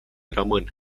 rămân